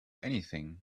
anything